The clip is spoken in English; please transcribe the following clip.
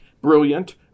Brilliant